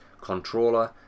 controller